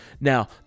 Now